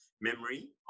memory